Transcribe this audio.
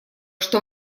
что